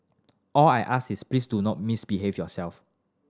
all I ask is please do not misbehave yourself